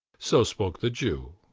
so spoke the jew,